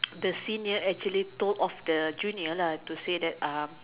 the senior actually told off the junior lah to say that um